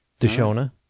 Deshona